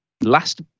last